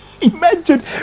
Imagine